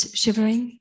shivering